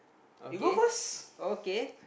okay okay